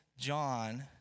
John